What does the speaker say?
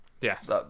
Yes